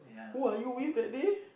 who are you with that day